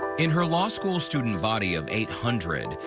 in her law school student body of eight hundred,